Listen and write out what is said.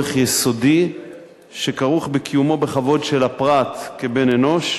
צורך יסודי שכרוך בקיומו בכבוד של הפרט כבן-אנוש.